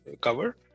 cover